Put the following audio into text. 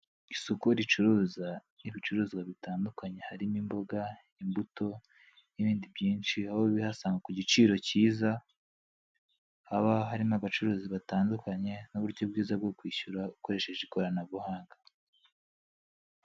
Isoko ricuruza ibicuruzwa bitandukanye harimo imboga, imbuto n'ibindi byinshi, aho ubihasanga ku giciro cyiza, haba hari abacuruzi batandukanye n'uburyo bwiza bwo kwishyura ukoresheje ikoranabuhanga.